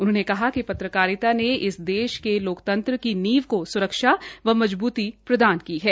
उन्होंने कहा कि पत्रकारिता ने इस देश के लोकतंत्र की नींव की स्रक्षा व मजबूती प्रदान की है